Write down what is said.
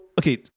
okay